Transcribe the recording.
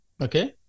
Okay